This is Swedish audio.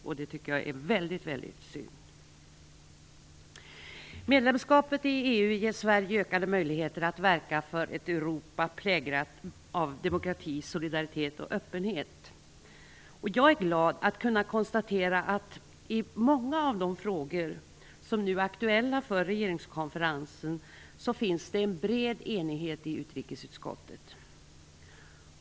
Jag tycker att det är väldigt synd. Medlemskapet i EU ger Sverige ökade möjligheter att verka för ett Europa präglat av demokrati, solidaritet och öppenhet. Jag är glad att kunna konstatera att det i många av de frågor som nu är aktuella för regeringskonferensen finns en bred enighet i utrikesutskottet.